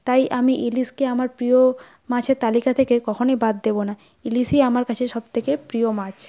তাই আমি ইলিশকে আমার প্রিয় মাছের তালিকা থেকে কখনোই বাদ দেবো না ইলিশই আমার কাছে সবথেকে প্রিয় মাছ